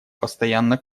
постоянно